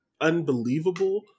unbelievable